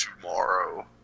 tomorrow